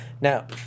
Now